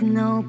no